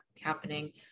happening